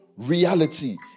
reality